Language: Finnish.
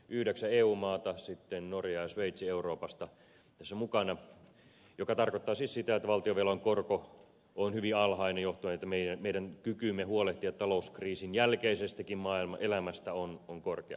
yhdeksän eu maata sitten norja ja sveitsi euroopasta ovat tässä mukana mikä tarkoittaa siis sitä että valtionvelan korko on hyvin alhainen johtuen siitä että meidän kykymme huolehtia talouskriisin jälkeisestäkin elämästä on korkea